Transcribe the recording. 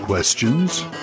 Questions